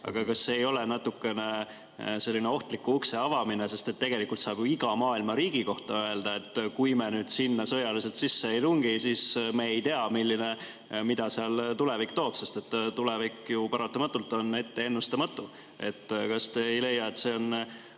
Aga kas see ei ole natukene selline ohtliku ukse avamine, sest tegelikult saab ju iga maailma riigi kohta öelda, et kui me nüüd sinna sõjaliselt sisse ei tungi, siis me ei tea, mida seal tulevik toob, sest tulevik on ju paratamatult ennustamatu. Kas te ei leia, et see on